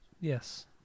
Yes